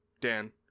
Dan